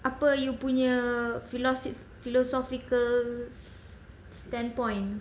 apa you punya philosophy philosophical standpoint